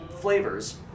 flavors